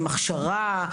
עם הכשרה,